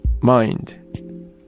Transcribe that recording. mind